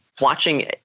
watching –